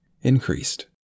increased